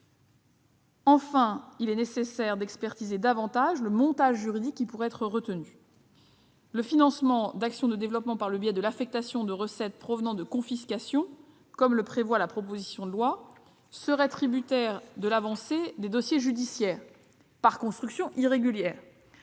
Enfin, il serait nécessaire d'expertiser davantage le montage juridique. Le financement d'actions de développement par le biais de l'affectation de recettes provenant de confiscations, comme le prévoit la proposition de loi, serait tributaire de l'avancée, par construction irrégulière,